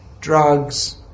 drugs